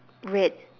red